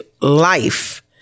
life